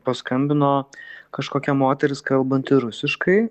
paskambino kažkokia moteris kalbanti rusiškai